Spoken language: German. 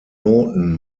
noten